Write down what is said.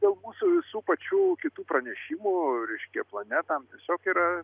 dėl mūsų visų pačių kitų pranešimų reiškia plane tam tiesiog yra